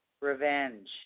revenge